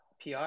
PR